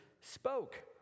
spoke